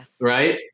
Right